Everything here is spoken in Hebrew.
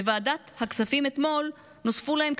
בוועדת הכספים אתמול נוספו להם,